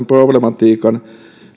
problematiikan